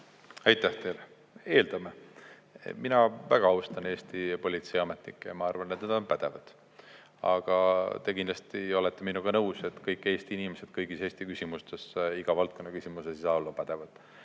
Aitäh teile! Eeldame, et mina väga austan Eesti politseiametnikke ja ma arvan, et nad on pädevad. Aga te kindlasti olete minuga nõus, et kõik Eesti inimesed kõigis Eesti küsimustes, iga valdkonna küsimustes ei saa olla pädevad.